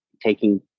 taking